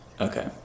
Okay